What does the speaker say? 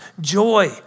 joy